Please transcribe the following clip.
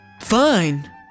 fine